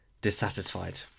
dissatisfied